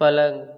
पलंग